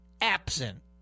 absent